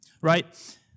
right